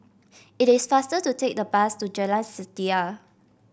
it is faster to take the bus to Jalan Setia